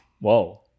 whoa